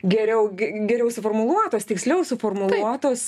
geriau geriau suformuluotos tiksliau suformuluotos